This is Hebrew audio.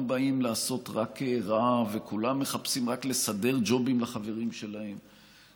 באים לעשות רק רע וכולם מחפשים רק לסדר ג'ובים לחברים שלהם,